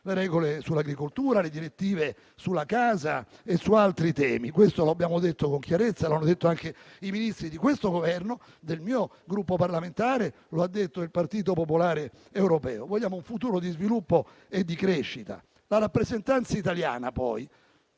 le regole sull'agricoltura, le direttive sulla casa e su altri temi. Questo lo abbiamo detto con chiarezza, come lo hanno detto anche i Ministri di questo Governo e del mio Gruppo parlamentare e lo ha detto il Partito Popolare Europeo. Vogliamo un futuro di sviluppo e crescita. Sulla rappresentanza italiana,